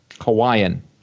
Hawaiian